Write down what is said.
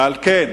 ועל כן,